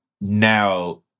now